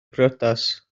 briodas